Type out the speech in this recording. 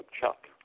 chuck